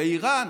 באיראן.